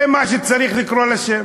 זה השם שצריך להיות לו.